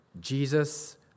Jesus